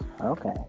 Okay